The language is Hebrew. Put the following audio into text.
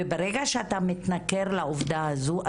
ברגע שאתה מתנכר לעובדה הזו,